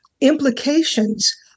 implications